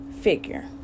figure